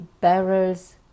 barrels